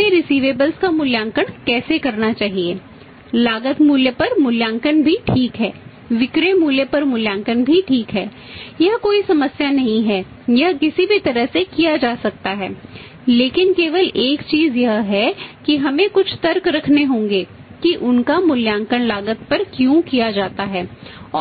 और हमें रिसिवेबल्स का मूल्यांकन कैसे करना चाहिए लागत मूल्य पर मूल्यांकन भी ठीक है विक्रय मूल्य पर मूल्यांकन भी ठीक है यह कोई समस्या नहीं है यह किसी भी तरह से किया जा सकता है लेकिन केवल एक चीज यह है कि हमें कुछ तर्क रखने होंगे कि उनका मूल्यांकन लागत पर क्यों किया जाता है